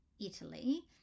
Italy